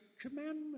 commandment